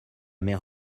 mer